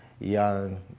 young